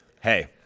hey